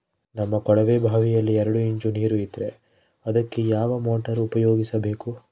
ನಮ್ಮ ಕೊಳವೆಬಾವಿಯಲ್ಲಿ ಎರಡು ಇಂಚು ನೇರು ಇದ್ದರೆ ಅದಕ್ಕೆ ಯಾವ ಮೋಟಾರ್ ಉಪಯೋಗಿಸಬೇಕು?